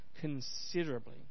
considerably